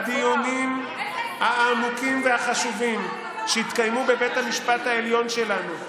הדיונים העמוקים והחשובים שהתקיימו בבית המשפט העליון שלנו,